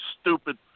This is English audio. stupid